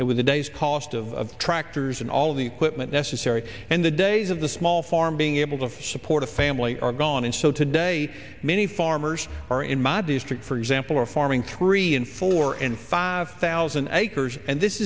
a day's cost of tractors and all of the equipment necessary and the days of the small farm being able to support a family are gone and so today many farmers are in my district for example are farming three in four and five thousand acres and this